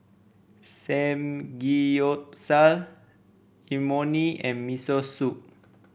Samgyeopsal Imoni and Miso Soup